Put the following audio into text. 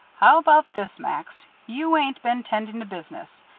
how about this, max? you ain't been tending to business.